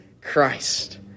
Christ